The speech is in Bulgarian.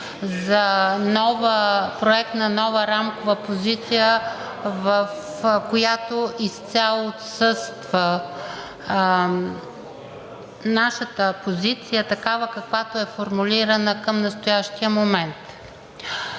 за проект на нова рамкова позиция, в която изцяло отсъства нашата позиция такава, каквато е формулирана към настоящия момент.